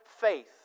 faith